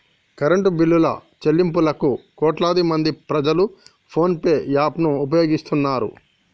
current బిల్లుల చెల్లింపులకు కోట్లాదిమంది ప్రజలు ఫోన్ పే యాప్ ను ఉపయోగిస్తున్నారు